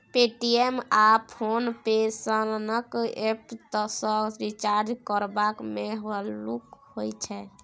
Paytm आ PhonePe सनक app सँ रिचार्ज करबा मे हल्लुक होइ छै